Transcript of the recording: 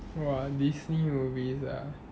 !wah! Disney movies ah